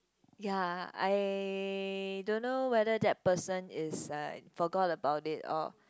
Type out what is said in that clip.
ya I don't know whether that person is like forgot about it or